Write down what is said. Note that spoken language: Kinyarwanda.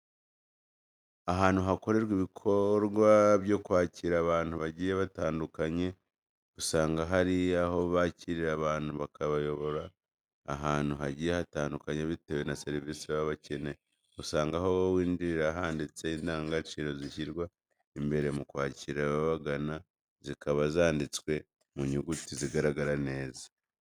Ahantu hakorerwa ibikorwa byo kwakira abantu bagiye batandukanye, usanga hari aho bakirira abantu bakayoborwa ahantu hagiye hatandukanye bitewe na serivise baba bakeneye. Usanga aho winjirira handitse indangagaciro zishyirwa imbere mu kwakira ababagana, zikaba zanditswe mu nyuguti zigaragara neza.